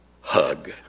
hug